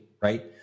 right